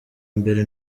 mbere